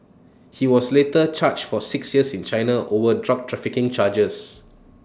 he was later charge for six years in China over drug trafficking charges